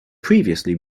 previously